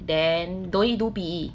then don't need do P_E